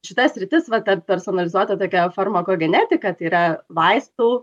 šita sritis va ta personalizuota tokia farmakogenetika tai yra vaistų